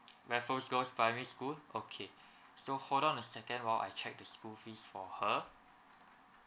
raffles girls primary school okay so hold on a second while I check the school fees for her